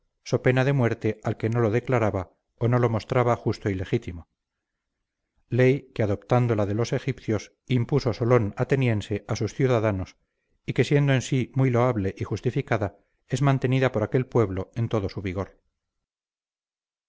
so pena de muerte al que no lo declaraba o no lo mostraba justo y legítimo ley que adoptándola de los egipcios impuso solón ateniense a sus ciudadanos y que siendo en sí muy loable y justificada es mantenida por aquel pueblo en todo su vigor